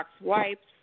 wipes